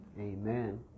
Amen